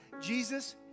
Jesus